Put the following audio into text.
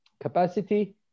capacity